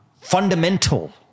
fundamental